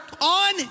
on